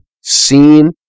seen